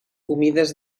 humides